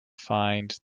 find